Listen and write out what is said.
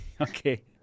okay